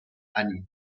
anita